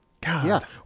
God